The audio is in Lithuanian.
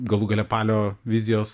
galų gale palio vizijos